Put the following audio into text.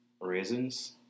raisins